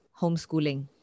homeschooling